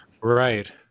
Right